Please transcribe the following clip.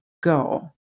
go